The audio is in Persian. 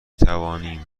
توانیم